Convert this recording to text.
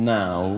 now